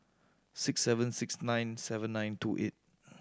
six seven six nine seven nine two eight